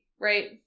Right